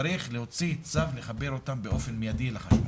צריך להוציא צו לחבר אותם באופן מיידי לחשמל.